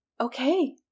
okay